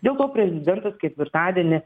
dėl to prezidentas ketvirtadienį